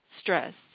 Stress